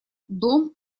дом